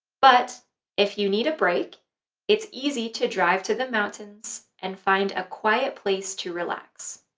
but if you need a break it's easy to drive to the mountains and find a quiet place to relax.